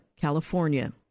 California